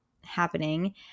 happening